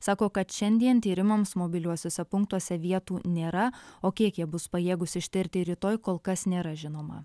sako kad šiandien tyrimams mobiliuosiuose punktuose vietų nėra o kiek jie bus pajėgūs ištirti rytoj kol kas nėra žinoma